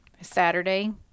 Saturday